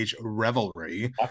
revelry